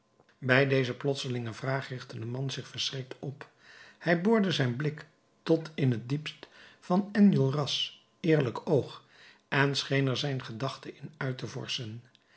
bij deze plotselinge vraag richtte de man zich verschrikt op hij boorde zijn blik tot in het diepst van enjolras eerlijk oog en scheen er zijn gedachte in uit te